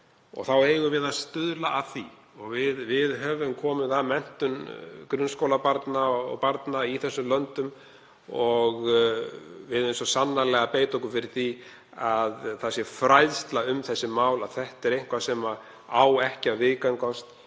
þá eigum við að stuðla að því. Við höfum komið að menntun grunnskólabarna í þessum löndum og við eigum svo sannarlega að beita okkur fyrir því að það sé fræðsla um þessi mál, að þetta sé eitthvað sem eigi ekki að viðgangast